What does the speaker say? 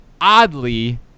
oddly